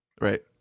Right